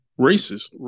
racist